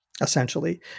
essentially